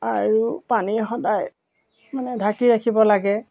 আৰু পানী সদায় মানে ঢাকি ৰাখিব লাগে